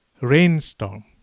Rainstorm